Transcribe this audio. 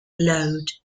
load